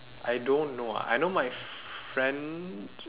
I don't know I know my friend